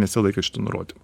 nesilaikė šitų nurodymų